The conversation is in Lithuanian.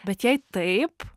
bet jei taip